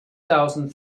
thousand